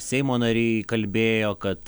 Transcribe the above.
seimo nariai kalbėjo kad